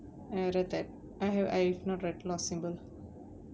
ah I read that I have I've not read lost symbol